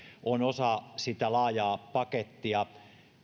on osa sitä laajaa pakettia